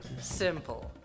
simple